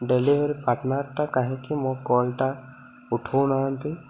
delivery ପାର୍ଟନର୍ଟା କାହିଁକି ମୋ କଲ୍ଟା ଉଠଉ ନାହାନ୍ତି